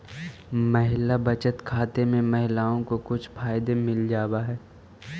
महिला बचत खाते में महिलाओं को कुछ फायदे मिल जावा हई